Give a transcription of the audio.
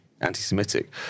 anti-Semitic